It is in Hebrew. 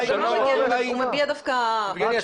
הוא מביע דווקא --- יבגני,